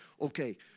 okay